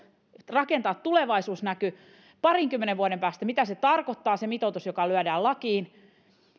rakentaa tulevaisuusnäky mitä tarkoittaa parinkymmenen vuoden päästä se mitoitus joka lyödään lakiin